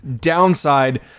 downside